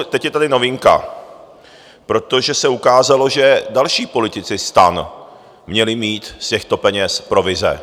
Teď je tady novinka, protože se ukázalo, že další politici STAN měli mít z těchto peněz provize.